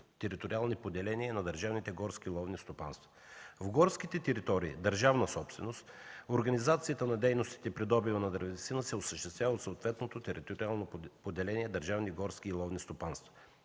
териториални поделения на държавните горски и ловни стопанства. В горските територии – държавна собственост, организацията на дейностите при добив на дървесина се осъществява от съответното териториално поделение на държавни горски и ловни стопанства.